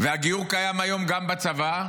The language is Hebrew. והגיור קיים היום גם בצבא,